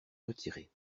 retirer